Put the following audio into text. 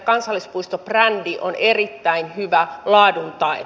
kansallispuistobrändi on erittäin hyvä laadun tae